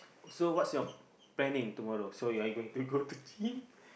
so what's your planning tomorrow so are you going to go to gym